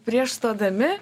prieš stodami